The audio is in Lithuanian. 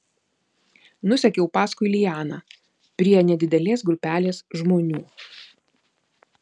nusekiau paskui lianą prie nedidelės grupelės žmonių